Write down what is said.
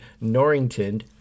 Norrington